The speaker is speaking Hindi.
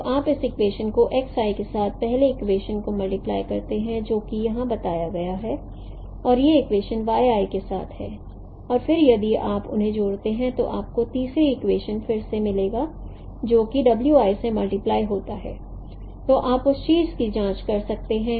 तो आप इस इक्वेशन को x i के साथ पहले इक्वेशन को मल्टीप्लाई करते हैं जो कि यहाँ बताया गया है और ये इक्वेशन y i के साथ हैं और फिर यदि आप उन्हें जोड़ते हैं तो आपको तीसरा इक्वेशन फिर से मिलेगा जो कि w i से मल्टीप्लाई होता है आप उस चीज़ की जाँच कर सकते हैं